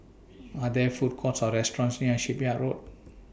Are There Food Courts Or restaurants near Shipyard Road